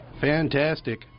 Fantastic